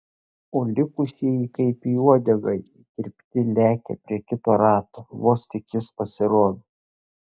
o likusieji kaip į uodegą įkirpti lekia prie kito rato vos tik jis pasirodo